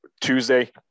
Tuesday